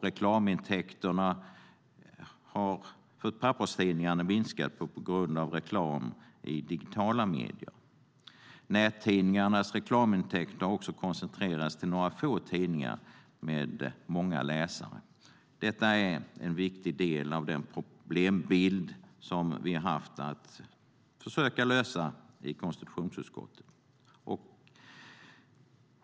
Reklamintäkterna för papperstidningar har minskat på grund av reklam i digitala medier. Nättidningarnas reklamintäkter har koncentrerats till några få tidningar med många läsare. Detta är en viktig del av den problembild som vi har haft att försöka lösa i konstitutionsutskottet.